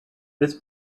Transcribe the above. this